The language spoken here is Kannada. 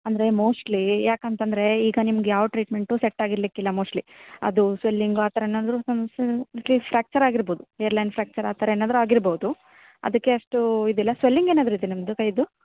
ಅಂದ್ರೆ ಮೋಸ್ಟ್ಲಿ ಯಾಕಂತ ಅಂದ್ರೆ ಈಗ ನಿಮಗೆ ಯಾವ ಟ್ರೀಟ್ಮೆಂಟು ಸೆಟ್ ಆಗಿರ್ಕಿಲ್ಲ ಮೋಸ್ಟ್ಲಿ ಅದು ಸ್ವೇಲಿಂಗು ಆ ಥರನಾದ್ರೂ ಸಮಸ್ಯೆ ಮೋಸ್ಟ್ಲಿ ಫ್ರಾಕ್ಚರ್ ಆಗಿರ್ಬೋದು ಏರ್ಲೈನ್ ಫ್ರಾಕ್ಚರ್ ಆ ಥರ ಏನಾದರೂ ಆಗಿರ್ಬೋದು ಅದಕ್ಕೆ ಅಷ್ಟು ಇದೆಲ್ಲ ಸ್ವೇಲಿಂಗ್ ಏನಾದರೂ ಇದೆಯಾ ನಿಮ್ಮದು ಕೈದು